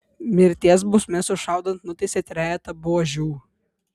mirties bausme sušaudant nuteisė trejetą buožių